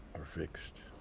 or fixed.